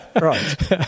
Right